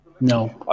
No